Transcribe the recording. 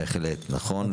בהחלט נכון.